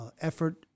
effort